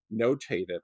notated